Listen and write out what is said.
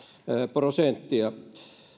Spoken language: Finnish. prosenttia